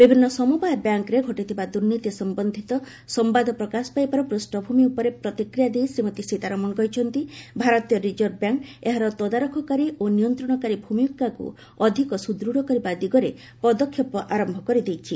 ବିଭିନ୍ନ ସମବାୟ ବ୍ୟାଙ୍କରେ ଘଟିଥିବା ଦୁର୍ନୀତି ସମ୍ପନ୍ଧିତ ସମ୍ଭାଦ ପ୍ରକାଶ ପାଇବାର ପୃଷଭୂମି ଉପରେ ପ୍ରତିକ୍ରିୟା ଦେଇ ଶ୍ରୀମତୀ ସୀତାରମଣ କହିଛନ୍ତି ଭାରତୀୟ ରିଜର୍ଭ ବ୍ୟାଙ୍କ ଏହାର ତଦାରଖକାରୀ ଓ ନିୟନ୍ତ୍ରଣକାରୀ ଭୂମିକାକୁ ଅଧିକ ସୁଦୃଢ଼ କରିବା ଦିଗରେ ପଦକ୍ଷେପ ଆରମ୍ଭ କରିଦେଇଛି